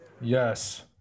Yes